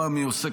הפעם היא עוסקת